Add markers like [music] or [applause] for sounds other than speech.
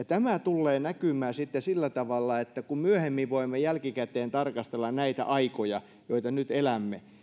[unintelligible] tämä tullee näkymään sitten sillä tavalla että kun myöhemmin voimme jälkikäteen tarkastella näitä aikoja joita nyt elämme